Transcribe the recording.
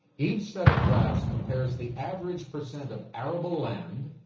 each set of graphs compares the average percent of arable land,